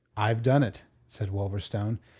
i've done it, said wolverstone.